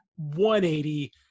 180